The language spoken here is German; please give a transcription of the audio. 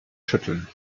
schütteln